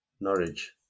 Norwich